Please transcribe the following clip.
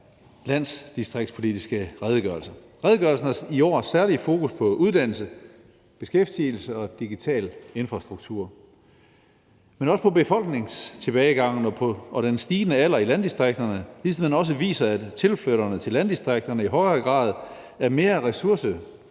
landdistriktspolitiske redegørelse. Redegørelsen har i år særlig fokus på uddannelse, beskæftigelse og digital infrastruktur, men også på befolkningstilbagegangen og den stigende alder i landdistrikterne, ligesom den også viser, at tilflytterne til landdistrikterne i højere grad er ressourcefattige